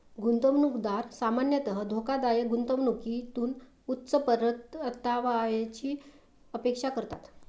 गुंतवणूकदार सामान्यतः धोकादायक गुंतवणुकीतून उच्च परताव्याची अपेक्षा करतात